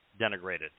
denigrated